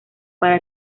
para